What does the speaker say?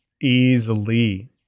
easily